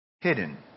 hidden